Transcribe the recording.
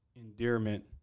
endearment